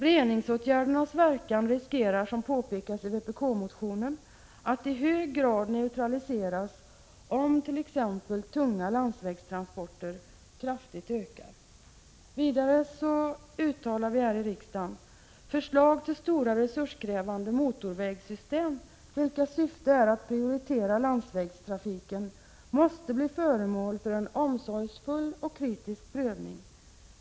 Reningsåtgärdernas verkan riskerar, som påpekas i vpk-motionen, att i hög grad neutraliseras om t.ex. tunga landsvägstransporter kraftigt ökar. Vidare sägs att förslag till stora, resurskrävande motorvägssystem, vilkas syfte är att prioritera landsvägstrafiken, måste bli föremål för en omsorgsfull och kritisk prövning.